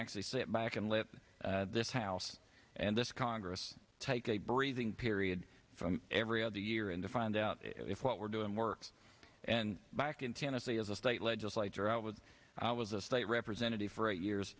actually sit back and let this house and this congress take a breathing period from every other year and to find out if what we're doing works and back in tennessee as a state legislator out when i was a state representative for eight years